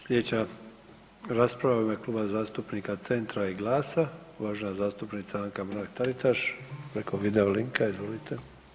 Slijedeća rasprava u ime Kluba zastupnika Centra i GLAS-a uvažena zastupnica Anka Mrak-Taritaš preko video linka, izvolite.